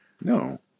No